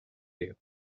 you